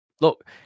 Look